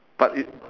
but it